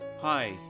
Hi